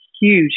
huge